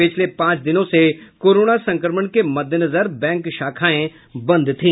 पिछले पांच दिनों से कोरोना संक्रमण के मद्देनजर बैंक शाखायें बंद थी